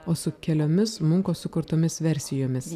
o su keliomis munko sukurtomis versijomis